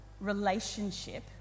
relationship